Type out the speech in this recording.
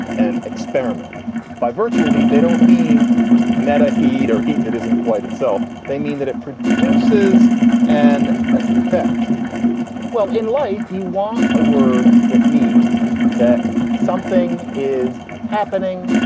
an experiment by virtual heat. they don't mean medda heat or heat. that isn't quite itself they mean that it produces an effect well in life. you want a word that means that something is happening,